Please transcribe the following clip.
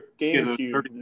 GameCube